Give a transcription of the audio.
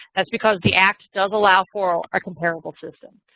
that's because the act does allow for a comparable system.